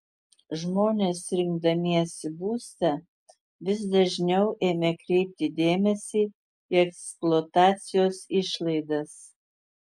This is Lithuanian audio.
žmonės rinkdamiesi būstą vis dažniau ėmė kreipti dėmesį į eksploatacijos išlaidas